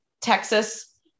texas